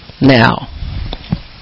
now